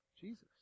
Jesus